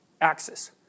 axis